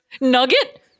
Nugget